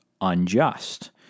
unjust